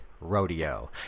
Rodeo